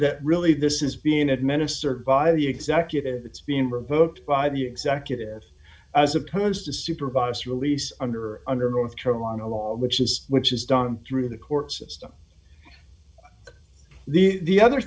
that really this is being administered by the executive it's being proposed by the executive as opposed to supervised release under under north carolina law which is which is done through the court system the other th